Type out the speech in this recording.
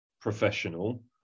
professional